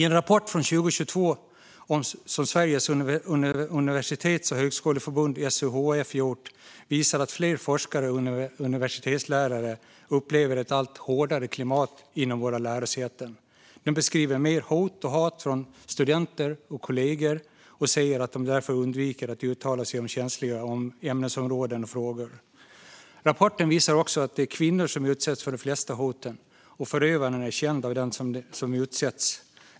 En rapport från 2022 som Sveriges universitets och högskoleförbund, SUHF, gjort visar att fler forskare och universitetslärare upplever ett allt hårdare klimat vid våra lärosäten. I rapporten beskrivs mer hat och hot från studenter och kollegor, och de tillfrågade säger att de därför undviker att uttala sig om känsliga ämnesområden och frågor. Rapporten visar också att det är kvinnor som utsätts för de flesta hoten och att förövaren är känd av den som utsätts.